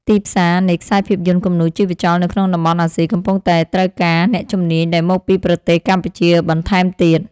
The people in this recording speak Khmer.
ទីផ្សារនៃខ្សែភាពយន្តគំនូរជីវចលនៅក្នុងតំបន់អាស៊ីកំពុងតែត្រូវការអ្នកជំនាញដែលមកពីប្រទេសកម្ពុជាបន្ថែមទៀត។